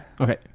Okay